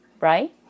right